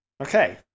Okay